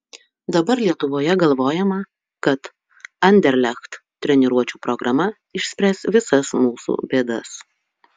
dabar lietuvoje galvojama kad anderlecht treniruočių programa išspręs visas mūsų bėdas